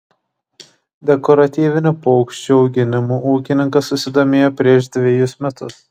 dekoratyvinių paukščių auginimu ūkininkas susidomėjo prieš dvejus metus